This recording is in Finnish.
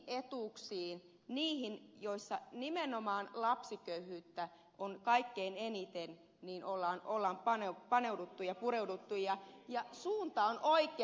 minimietuuksiin niihin joiden saajissa nimenomaan lapsiköyhyyttä on kaikkein eniten on paneuduttu ja pureuduttu ja suunta on oikea